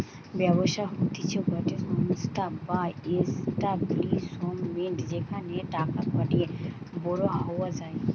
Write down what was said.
ব্যবসা হতিছে গটে সংস্থা বা এস্টাব্লিশমেন্ট যেখানে টাকা খাটিয়ে বড়ো হওয়া যায়